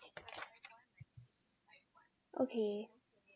okay